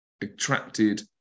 attracted